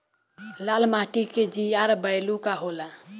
लाल माटी के जीआर बैलू का होला?